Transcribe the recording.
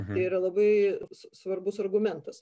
tai ra labai svarbus argumentas